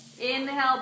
Inhale